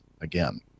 again